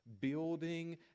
building